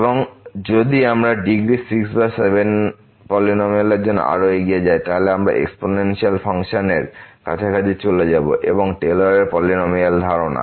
এবং যদি আমরা ডিগ্রী 6 বা 7 এর পলিনমিয়াল জন্য আরও এগিয়ে যাই তাহলে আমরা এক্সপোনেন্সিয়াল ফাংশনের কাছাকাছি চলে যাব এবং এটি টেলরের পলিনমিয়ালTaylor's polynomial ধারণা